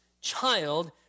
child